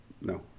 No